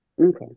Okay